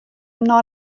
nei